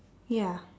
ya